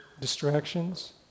distractions